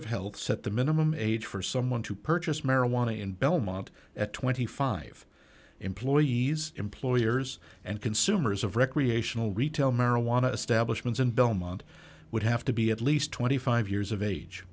of health set the minimum age for someone to purchase marijuana in belmont at twenty five dollars employees employers and consumers of recreational retail marijuana establishments in belmont would have to be at least twenty five years of age